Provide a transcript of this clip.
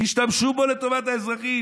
תשתמשו בהם לטובת האזרחים.